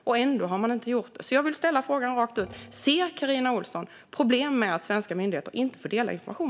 Men man har ändå inte gjort det. Jag vill därför ställa frågan rakt ut: Ser Carina Ohlsson problem med att svenska myndigheter inte får dela information?